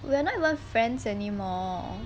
we're not even friends anymore